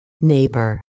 neighbor